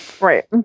Right